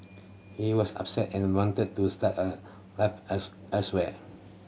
he was upset and wanted to start a life else elsewhere